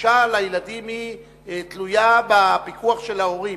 הגישה של הילדים תלויה בפיקוח של ההורים.